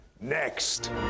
next